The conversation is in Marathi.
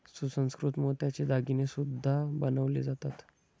सुसंस्कृत मोत्याचे दागिने सुद्धा बनवले जातात